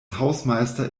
hausmeister